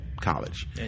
college